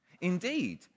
Indeed